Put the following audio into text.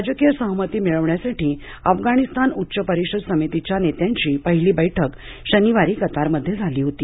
राजकीय सहमती मिळवण्यासाठी अफगाणिस्तान उच्च परिषद समितीच्या नेत्यांची पहिली बैठक शनिवारी कतारमध्ये झाली होते